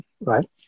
right